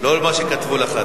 לא מה שכתבו לך,